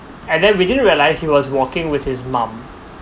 and then we didn't realise he was walking with his mum